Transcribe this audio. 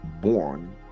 Born